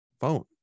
phone